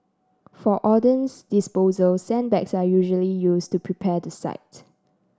for ordnance disposal sandbags are usually used to prepare the site